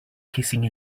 kissing